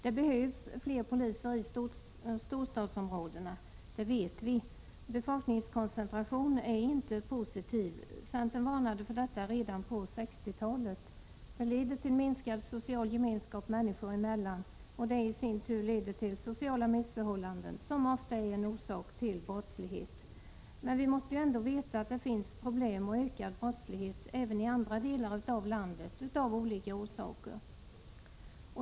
Det behövs fler poliser i storstadsområdena, det vet vi. Befolkningskoncentration är inte positiv. Centern varnade för detta redan på 1960-talet. Den leder till minskad social gemenskap människor emellan, och det i sin tur leder till sociala missförhållanden som ofta är en orsak till brottslighet. Men vi måste ändå veta att det av olika orsaker finns problem och ökad brottslighet även i andra delar av landet.